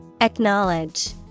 Acknowledge